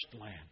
land